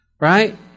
right